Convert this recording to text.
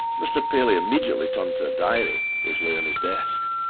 mr. paley immediately turned to a diary which lay on his desk,